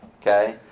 okay